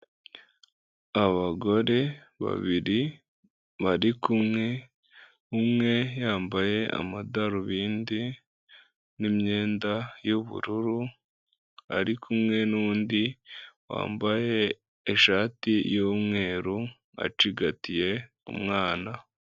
Abagore babiri bari kumwe, umwe yambaye amadarubindi n'imyenda y'ubururu, ari kumwe n'undi wambaye ishati y'umweru acigatiye umwana.